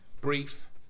brief